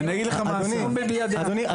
אדוני,